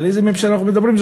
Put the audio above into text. על איזה ממשלה אנחנו מדברים?